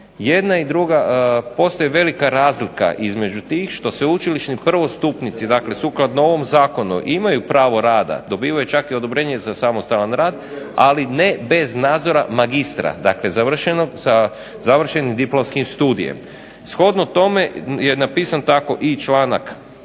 Jedna i druga, postoji velika razlika između tih što sveučilišni prvostupnici dakle sukladno ovom zakonu imaju pravo rada, dobivaju čak i odobrenje za samostalan rad ali ne bez nadzora magistra, dakle završenog sa završenim diplomskim studijem. Shodno tome je napisan tako i članak